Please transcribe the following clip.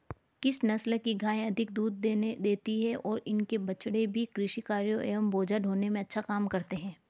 किस नस्ल की गायें अधिक दूध देती हैं और इनके बछड़े भी कृषि कार्यों एवं बोझा ढोने में अच्छा काम करते हैं?